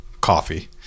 coffee